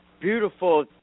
beautiful